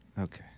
Okay